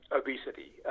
obesity